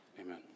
Amen